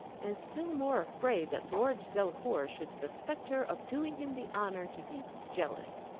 and still more afraid that lord delacour should suspect her of doing him the honour to be jealous,